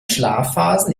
schlafphasen